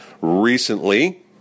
recently